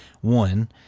one